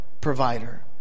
provider